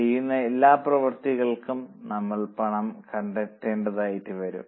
ചെയ്യുന്ന എല്ലാപ്രവർത്തികൾക്കും നമ്മൾ പണം നൽകേണ്ടിവരും